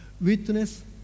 Witness